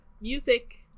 music